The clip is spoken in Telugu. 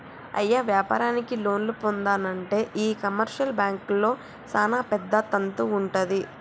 అయ్య వ్యాపారానికి లోన్లు పొందానంటే ఈ కమర్షియల్ బాంకుల్లో సానా పెద్ద తంతు వుంటది